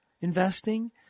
investing